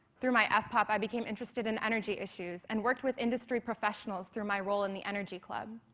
through my ah fpop i became interested in energy issues and worked with industry professionals through my role in the energy club.